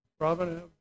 Robin